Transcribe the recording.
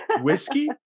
Whiskey